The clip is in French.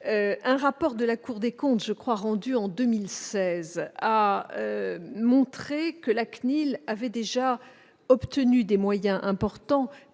Un rapport de la Cour des comptes rendu, je crois, en 2016 a montré que la CNIL avait déjà obtenu des moyens importants